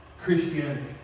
Christianity